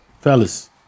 fellas